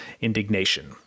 indignation